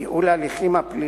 (תיקון מס' 66) (ייעול ההליכים הפליליים),